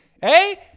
Hey